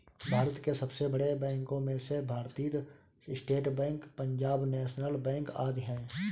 भारत के सबसे बड़े बैंको में से भारतीत State Bank, Punjab National Bank आदि है